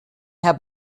herr